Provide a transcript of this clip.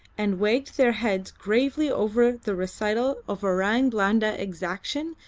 and wagged their heads gravely over the recital of orang blanda exaction,